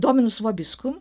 dominus vobiskum